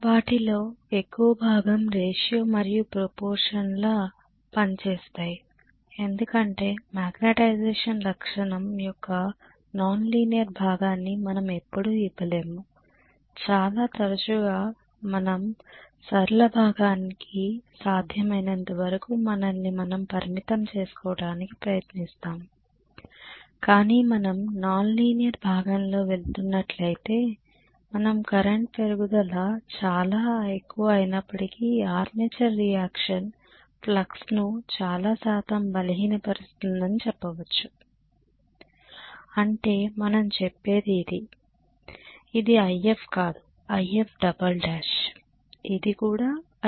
వాటిలో ఎక్కువ భాగం రేటియో మరియు ప్రొపోర్ట్సన్గా పనిచేస్తాయి ఎందుకంటే మాగ్నెటైజేషన్ లక్షణం యొక్క నాన్ లీనియర్ భాగాన్ని మనం ఎప్పుడూ ఇవ్వలేము చాలా తరచుగా మనం సరళ భాగానికి సాధ్యమైనంతవరకు మనల్ని మనం పరిమితం చేస్కోవటానికి ప్రయత్నిస్తాము కాని మనం నాన్ లీనియర్ భాగంలో వెళుతున్నట్లయితే మనం కరెంట్ పెరుగుదల చాలా ఎక్కువ అయినప్పటికీ ఆర్మేచర్ రియాక్షన్ ఫ్లక్స్ ను చాలా శాతం బలహీనపరుస్తుంది అని చెప్పవచ్చు అంటే మనం చెప్పేది ఇది ఇది If కాదు Ifl1 ఇది కూడా Ifl1